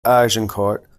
agincourt